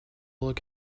look